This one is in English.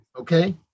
Okay